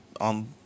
on